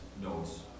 notes